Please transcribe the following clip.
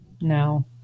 No